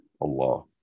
Allah